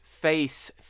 face